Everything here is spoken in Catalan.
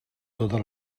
totes